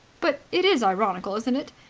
but it is ironical, isn't it!